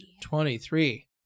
Twenty-three